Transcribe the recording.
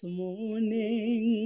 morning